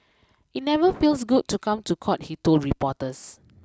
it never feels good to come to court he told reporters